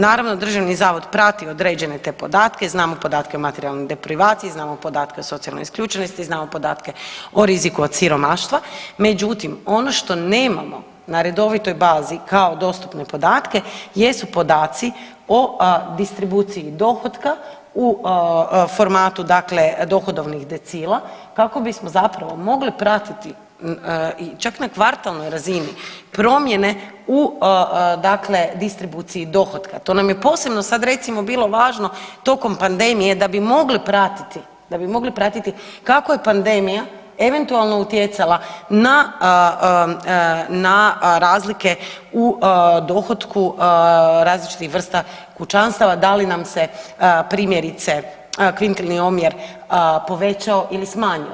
Naravno državni zavod prati određene te podatke, znamo podatke o materijalnoj deprivaciji, znamo podatke o socijalnoj isključenosti, znamo podatke o riziku od siromaštva međutim, ono što nemamo na redovitoj bazi kao dostupne podatke jesu podaci o distribuciji dohotka u formatu dakle dohodovnih decila kako bismo zapravo mogli pratiti i čak na kvartalnoj razini promjene u dakle distribuciji dohotka to nam je posebno sad bilo važno tokom pandemije da bi mogli pratiti, da bi mogli pratiti kako je pandemija eventualno utjecala na, na razlike u dohotku različitih vrsta kućanstava da li nam se primjerice kvinterni omjer povećao ili smanjio.